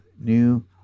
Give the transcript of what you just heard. new